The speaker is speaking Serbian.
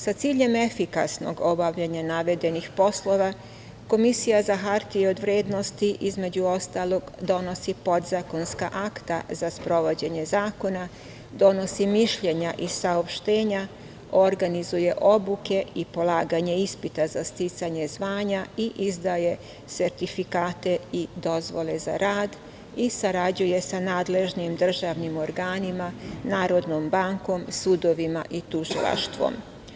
Sa ciljem efikasnog obavljanja navedenih poslova, Komisija za hartije od vrednosti, između ostalog, donosi podzakonska akta za sprovođenje zakona, donosi mišljenja i saopštenja, organizuje obuke i polaganje ispita za sticanje zvanja i izdaje sertifikate i dozvole za rad i sarađuje sa nadležnim državnim organima, Narodnom bankom, sudovima i Tužilaštvom.